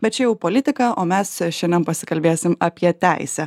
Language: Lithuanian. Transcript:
bet čia jau politika o mes šiandien pasikalbėsim apie teisę